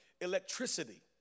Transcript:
electricity